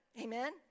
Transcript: Amen